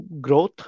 growth